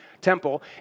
temple